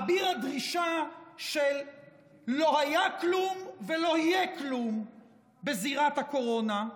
אביר הדרישה של לא היה כלום ולא יהיה כלום בזירת הקורונה,